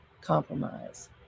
compromise